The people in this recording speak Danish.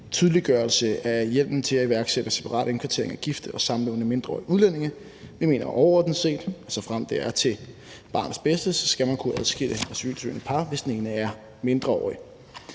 tydeliggørelse af hjemmelen til at iværksætte separat indkvartering af gifte og samlevende mindreårige udlændinge. Vi mener overordnet set, at man, såfremt det er til barnets bedste, skal kunne adskille asylsøgende par, hvis den ene er mindreårig.